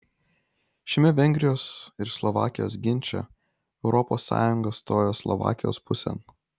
šiame vengrijos ir slovakijos ginče europos sąjunga stojo slovakijos pusėn